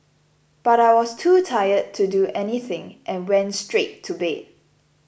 but I was too tired to do anything and went straight to bed